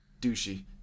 Douchey